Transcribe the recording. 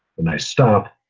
when i stop,